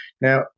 Now